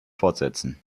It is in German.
fortsetzen